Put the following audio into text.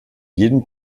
jedem